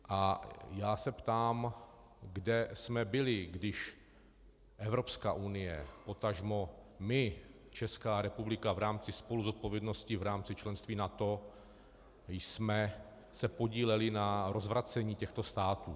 A já se ptám, kde jsme byli, když Evropská unie, potažmo my, Česká republika, v rámci spoluzodpovědnosti v rámci členství v NATO jsme se podíleli na rozvracení těchto států.